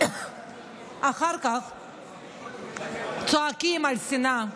אחר כך צועקים על שנאה,